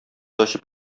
ачып